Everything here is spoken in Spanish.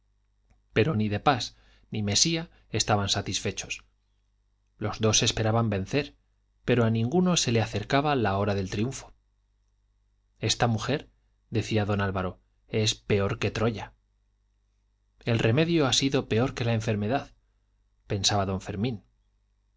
pero ni de pas ni mesía estaban satisfechos los dos esperaban vencer pero a ninguno se le acercaba la hora del triunfo esta mujer decía don álvaro es peor que troya el remedio ha sido peor que la enfermedad pensaba don fermín